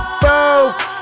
folks